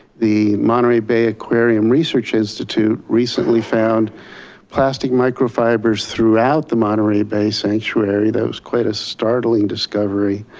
the monterey bay aquarium research institute recently found plastic microfibers throughout the monterey bay sanctuary, that was quite a startling discovery.